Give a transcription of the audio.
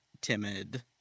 timid